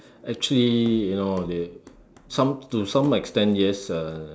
actually you know they some to some extent yes uh